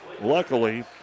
luckily